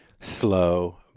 slow